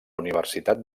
universitat